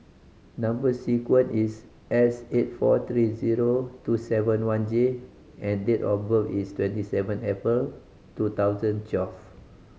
number sequence is S eight four three zero two seven one J and date of birth is twenty seven April two thousand twelve